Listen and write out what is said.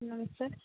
ନମସ୍କାର